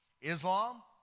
Islam